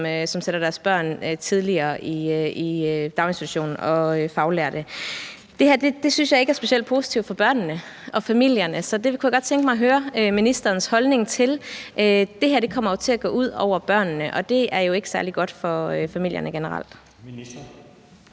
som sætter deres børn tidligere i daginstitutionen, og faglærte. Det her synes jeg ikke er specielt positivt for børnene og familierne, så det kunne jeg godt tænke mig at høre ministerens holdning til. Det her kommer til at gå ud over børnene, og det er jo ikke særlig godt for familierne generelt. Kl.